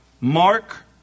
Mark